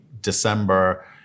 December